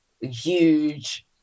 huge